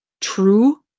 true